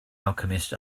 alchemist